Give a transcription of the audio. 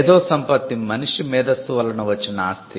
మేధోసంపత్తి మనిషి మేధస్సు వలన వచ్చిన ఆస్తి